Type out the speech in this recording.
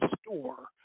store